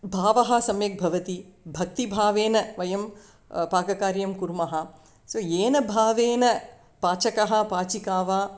भावः सम्यक् भवति भक्तिभावेन वयं पाककार्यं कुर्मः सो येन भावेन पाचकः पाचिका वा